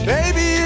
Baby